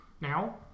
now